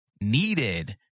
needed